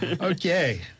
Okay